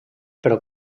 però